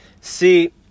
See